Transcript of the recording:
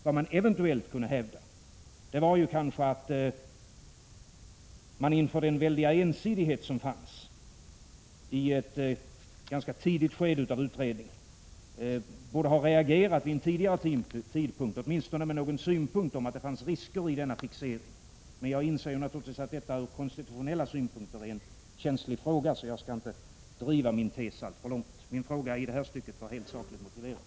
Vad man eventuellt kunde hävda är kanske att man inför den ensidighet som fanns i ett ganska tidigt skede av utredningen borde ha reagerat, åtminstone med någon synpunkt om att det fanns risker i denna fixering, men jag inser att detta ur konstitutionella synpunkter är en känslig fråga, så jag skall inte driva min tes alltför långt. Min fråga i detta stycke var rent sakligt motiverad.